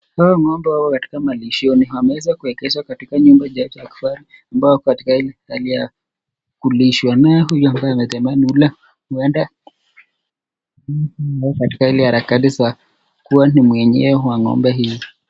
Hawa ng'ombe wako katika malishoni, wanaweza kuhepeshwa katika nyumba iliyo ambao katika ile hali ya kujionea katika zile harakati za kuwa ni mwenyewe wa ng'ombe hizi.